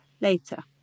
later